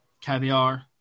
caviar